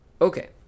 Okay